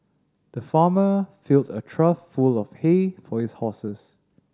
the farmer filled a trough full of hay for his horses